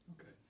Okay